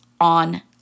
on